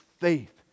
faith